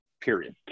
period